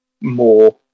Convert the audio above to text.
more